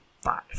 five